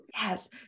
Yes